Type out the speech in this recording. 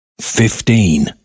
fifteen